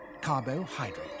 Carbohydrate